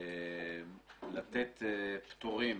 הפרקטיקה הייתה לתת פטורים